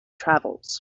travels